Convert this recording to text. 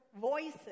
voices